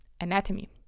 anatomy